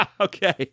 Okay